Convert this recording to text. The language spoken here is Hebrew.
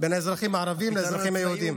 בין האזרחים הערבים לאזרחים היהודים.